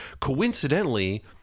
Coincidentally